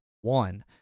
one